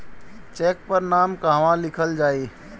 Check पर नाम कहवा लिखल जाइ?